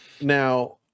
Now